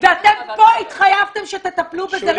ואתם פה התחייבתם שתטפלו בזה.